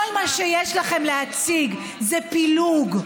כל מה שיש לכם להציג זה פילוג,